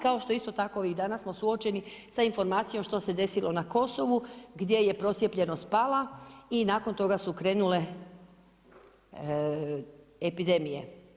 Kao što isto tako, ovih dana smo suočeni sa informacijom što se desilo na Kosovu gdje je procijepljenost pala i nakon toga su krenule epidemije.